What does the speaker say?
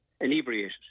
inebriated